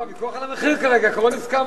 לא, הוויכוח על המחיר כרגע, על העיקרון הסכמנו.